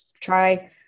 try